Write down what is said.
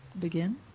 begin